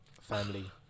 family